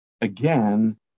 again